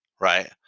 right